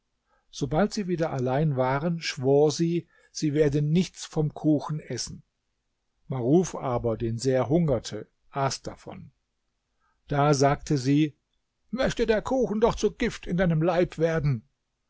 sobald sie wieder allein waren schwor sie sie werde nichts vom kuchen essen maruf aber den sehr hungerte aß davon da sagte sie möchte der kuchen doch zu gift in deinem leib werden